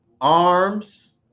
arms